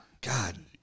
God